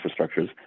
infrastructures